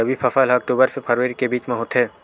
रबी फसल हा अक्टूबर से फ़रवरी के बिच में होथे